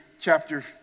chapter